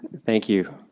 thank you,